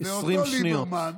ואותו ליברמן,